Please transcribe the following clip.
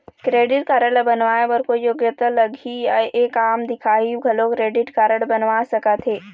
Credit card ला बनवाए बर कोई योग्यता लगही या एक आम दिखाही घलो क्रेडिट कारड बनवा सका थे?